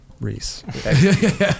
Reese